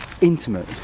intimate